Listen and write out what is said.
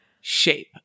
shape